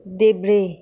देब्रे